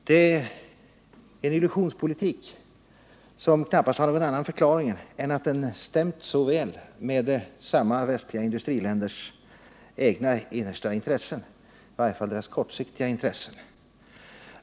Det är en illusionspolitik som knappast har någon annan förklaring än att den stämt så väl med samma västliga industriländers egna innersta intressen, i varje fall deras kortsiktiga intressen.